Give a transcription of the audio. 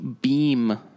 BEAM